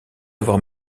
avoir